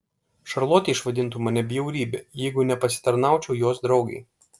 šarlotė išvadintų mane bjaurybe jeigu nepasitarnaučiau jos draugei